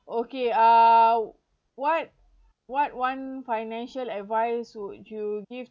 okay uh what what one financial advice would you give